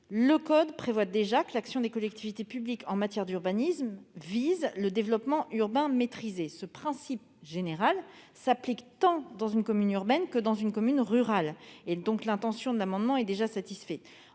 le code prévoit déjà que l'action des collectivités publiques en matière d'urbanisme vise le développement urbain maîtrisé. Ce principe général s'applique tant dans une commune urbaine que dans une commune rurale ; l'intention des auteurs de cet amendement est donc satisfaite.